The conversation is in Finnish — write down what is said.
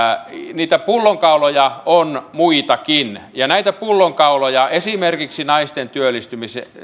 niitä pullonkauloja on muitakin ja näitä pullonkauloja esimerkiksi naisten työllistymisen